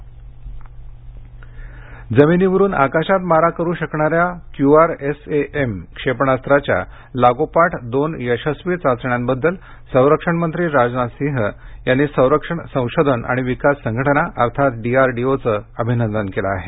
राजनाथ जमिनीवरून आकाशात मारा करू शकणाऱ्या Q R S A M क्षेपणास्त्राच्या लागोपाठ दोन यशस्वी चाचण्याबद्दल संरक्षण मंत्री राजनाथ सिंह यांनी संरक्षण संशोधन आणि विकास संघटना अर्थात डीआरडीओचं अभिनंदन केलं आहे